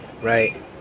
right